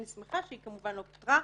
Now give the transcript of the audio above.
אני שמחה שהיא כמובן לא פוטרה,